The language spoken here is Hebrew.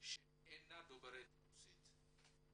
שאינה דוברת רוסית.